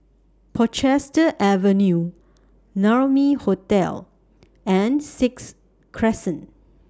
Portchester Avenue Naumi Hotel and Sixth Crescent